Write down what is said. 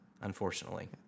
unfortunately